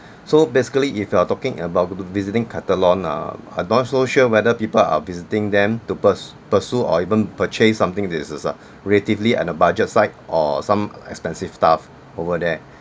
so basically if you are talking about visiting decathlon uh I'm not so sure whether people are visiting them to purs~ pursue or even purchase something this is a relatively on a budget side or some expensive stuff over there